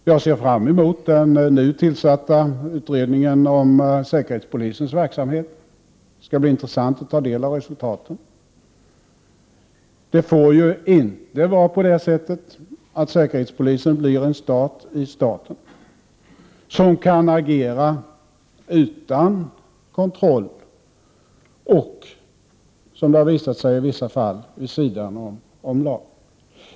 Jag ser fram emot den nu tillsatta utredningen om säkerhetspolisens verksamhet. Det skall bli intressant att ta del av resultaten. Säkerhetspolisen får inte bli en stat i staten som kan agera utan kontroll och, som det har visat sig i vissa fall, vid sidan av lagen.